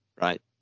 right